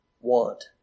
want